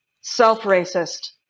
self-racist